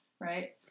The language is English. right